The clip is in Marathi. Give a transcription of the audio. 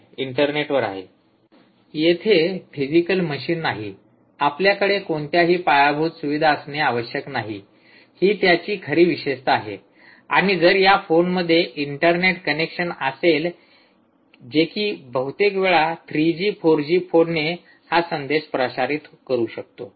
स्लाइड वेळ पहा ५०३१ येथे फिजिकल मशीन नाही आपल्याकडे कोणत्याही पायाभूत सुविधा असणे आवश्यक नाही हि त्याची खरी विशेषता आहे आणि जर या फोनमध्ये इंटरनेट कनेक्शन असेल जे कि बहुतेकवेळा ३ जी ४ जी फोनने हा संदेश प्रसारित करू शकतो